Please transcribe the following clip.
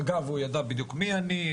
אגב, הוא ידע בדיוק מי אני.